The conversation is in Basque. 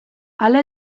hala